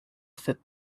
fit